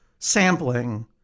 Sampling